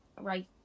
right